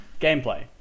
gameplay